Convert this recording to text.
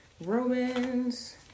Romans